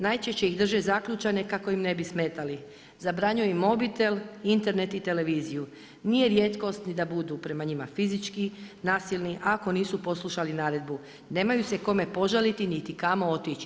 Najčešće ih drže zaključane kako im ne bi smetali, zabranjuju im mobitel, Internet i televiziju, nije rijetkost ni da budu prema njima fizički nasilni ako nisu poslušali naredbu, nemaju se kome požaliti niti kamo otići.